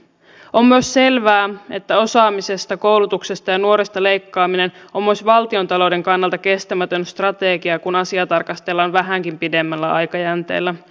on myös selvää että osaamisesta koulutuksesta ja nuorista leikkaaminen on myös valtiontalouden kannalta kestämätön strategia kun asiaa tarkastellaan vähänkin pidemmällä aikajänteellä